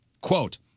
Quote